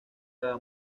cada